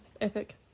Epic